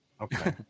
Okay